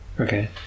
Okay